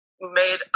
made